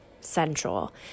central